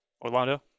Orlando